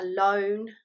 alone